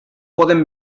podem